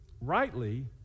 rightly